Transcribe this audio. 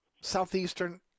Southeastern